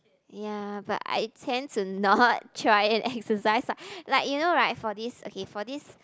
ya but I tend to not try exercise ah like you know right for this okay for this